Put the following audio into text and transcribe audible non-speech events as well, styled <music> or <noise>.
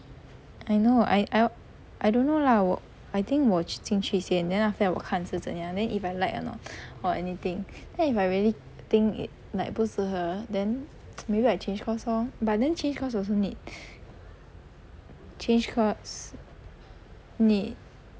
I know I I I don't know lah 我 I think 我进去先 then after that 我看是怎样 then if I like or not <breath> or anything then if I really think like 不适合 then <noise> maybe I change course lor but then change course also need change course need